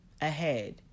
ahead